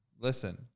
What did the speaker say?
Listen